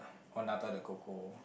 oh Nata-De-Coco